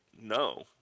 no